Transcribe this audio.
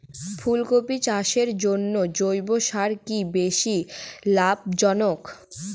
ফুলকপি চাষের জন্য জৈব সার কি বেশী লাভজনক?